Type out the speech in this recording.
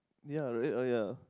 ya really oh ya